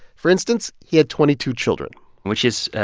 for instance, he had twenty two children which is